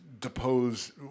depose